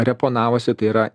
reponavosi tai yra